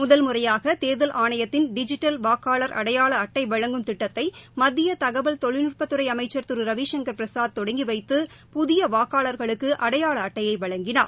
முதல்முறையாக தேர்தல் ஆணையத்தின் டிஜிட்டல் வாக்காளர் அடையாள அட்டை வழங்கும் திட்டத்தை மத்திய தகவல் தொழில்நுட்பத்துறை அமைச்சர் திரு ரவிசங்கர் பிரசாத் தொடங்கி வைத்து புதிய வாக்காளர்களுக்கு அடையாள அட்டையை வழங்கினார்